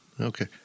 Okay